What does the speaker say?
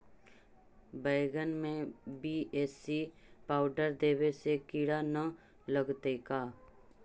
बैगन में BAC powder देबे से किड़ा न लगतै का?